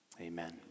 Amen